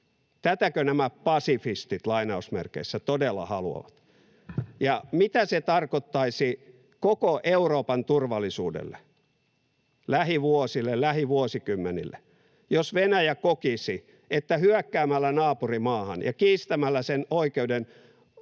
[Perussuomalaisten ryhmästä: Kyllä!] Ja mitä se tarkoittaisi koko Euroopan turvallisuudelle — lähivuosina, lähivuosikymmeninä — jos Venäjä kokisi, että hyökkäämällä naapurimaahan ja kiistämällä sen oikeuden